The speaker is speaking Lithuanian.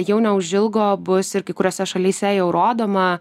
jau neužilgo bus ir kai kuriose šalyse jau rodoma